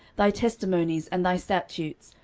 thy testimonies, and thy statutes,